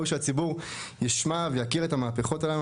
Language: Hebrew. ראוי שהציבור ישמע על כל המהפכות הללו,